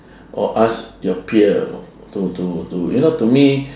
or ask your peer to to to you know to me